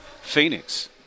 Phoenix